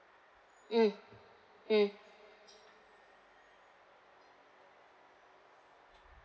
mm mm